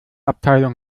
abteilung